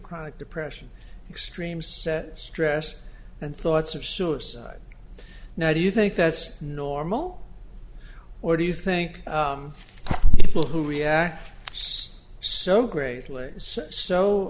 chronic depression extreme set stress and thoughts of suicide now do you think that's normal or do you think people who react so greatly so